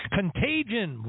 Contagion